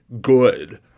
good—